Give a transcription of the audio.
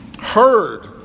heard